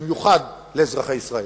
ובמיוחד לאזרחי ישראל.